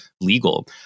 legal